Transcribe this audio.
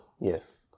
Yes